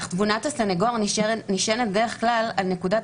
"אך תבונת הסנגור נשענת בדרך כלל על נקודת